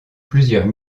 plusieurs